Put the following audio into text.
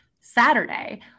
Saturday